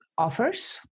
offers